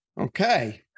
Okay